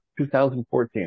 2014